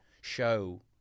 show